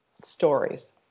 stories